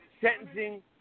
sentencing